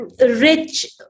rich